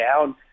down